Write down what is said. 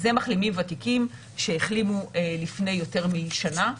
אלה מחלימים ותיקים שהחלימו לפני יותר משנה,